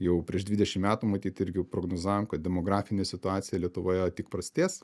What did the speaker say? jau prieš dvidešim metų matyt irgi prognozavom kad demografinė situacija lietuvoje tik prastės